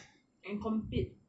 and compete